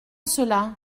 cela